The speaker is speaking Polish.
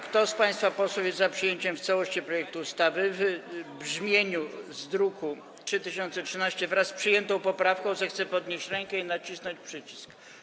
Kto z państwa posłów jest za przyjęciem w całości projektu ustawy w brzmieniu z druku nr 3013, wraz z przyjętą poprawką, zechce podnieść rękę i nacisnąć przycisk.